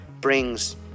brings